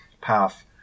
path